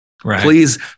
Please